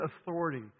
authority